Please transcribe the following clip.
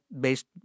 based